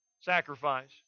sacrifice